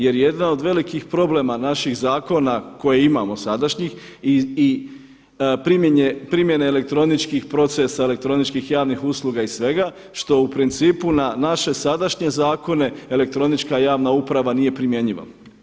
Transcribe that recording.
Jer jedan od velikih problema naših zakona koje imamo sadašnjih i primjene elektroničkih procesa, elektroničkih, javnih usluga i svega što u principu na naše sadašnje zakone elektronička javna uprava nije primjenjiva.